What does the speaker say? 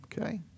Okay